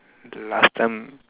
the last time